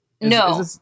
No